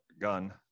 Gun